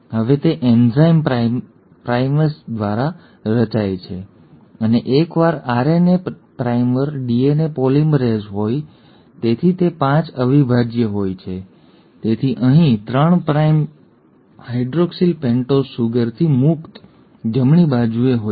હવે તે enzyme primase દ્વારા રચાય છે અને એકવાર આરએનએ પ્રાઇમર ડીએનએ પોલિમરેઝ હોય છે તેથી તે 5 અવિભાજ્ય હોય છે તેથી અહીં 3 પ્રાઇમ હાઇડ્રોક્સિલ પેન્ટોઝ સુગરથી મુક્ત જમણી બાજુએ હોય છે